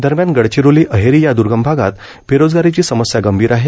दरम्यान गडचिरोली अहेरी या दुर्गम भागात बेरोजगारीची समस्या गंभीर आहे